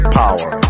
power